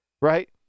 right